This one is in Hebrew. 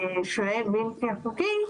לשוהה בלתי חוקי,